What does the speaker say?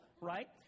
right